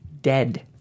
Dead